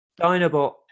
Dinobot